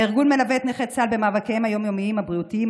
הארגון מלווה את נכי צה"ל במאבקיהם היום-יומיים הבריאותיים,